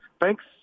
Thanks